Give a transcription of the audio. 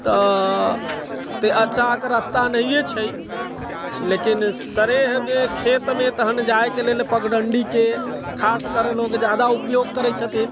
तऽ ओते अच्छा रस्ता नहिए छै लेकिन सरेहमे खेतमे जाइके लेल पगडण्डीके खासकर लोग जादा उपयोग करै छथिन